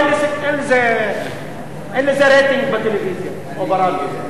אין לזה רייטינג בטלוויזיה או ברדיו.